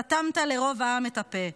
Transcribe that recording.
סתמת לרוב העם את הפה,